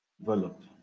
developed